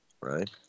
Right